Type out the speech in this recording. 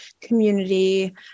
community